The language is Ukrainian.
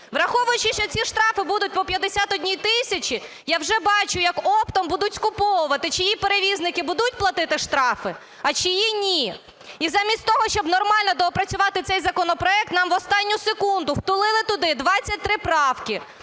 Враховуючи, що ці штрафи будуть по 51 тисячі, я вже бачу, як оптом будуть скуповувати, чиї перевізники будуть платити штрафи, а чиї ні. І замість того, щоб нормально доопрацювати цей законопроект нам в останню секунду "втулили" туди 23 правки,